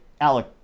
Alec